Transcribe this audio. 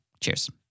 Cheers